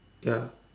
ya